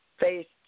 faced